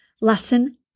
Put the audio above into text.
Lesson